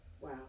Wow